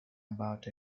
about